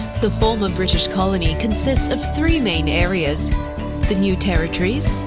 the former british colony consists of three main areas the new territories,